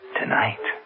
Tonight